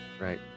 right